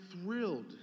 thrilled